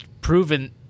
proven –